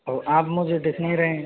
हो आप मुझे दिख नहीं रहे